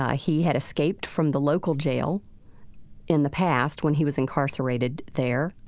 ah he had escaped from the local jail in the past when he was incarcerated there,